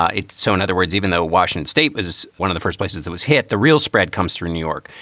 ah so in other words, even though washington state is one of the first places it was hit, the real spread comes through new york.